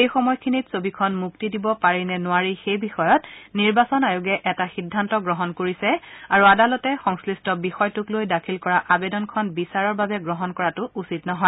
এই সময়খিনিত ছবিখন মুক্তি দিব পাৰি নে নোৱাৰি সেই বিষয়ত নিৰ্বাচন আয়োগে এটা সিদ্ধান্ত গ্ৰহণ কৰিছে আৰু আদালতে সংশ্লিষ্ট বিষয়টোক লৈ দাখিল কৰা আৱেদনখন বিচাৰৰ বাবে গ্ৰহণ কৰাটো উচিত নহয়